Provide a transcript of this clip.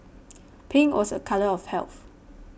pink was a colour of health